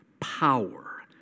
power